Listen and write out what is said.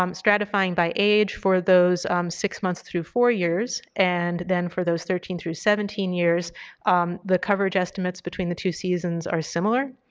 um stratifying by age for those six months through four years and then for those thirteen through seventeen years the coverage estimates between the two seasons are similar.